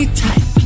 type